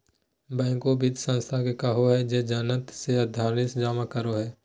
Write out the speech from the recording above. bank उ वित संस्था के कहो हइ जे जनता से धनराशि जमा करो हइ